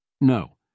No